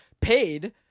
paid